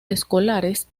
escolares